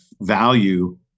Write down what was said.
value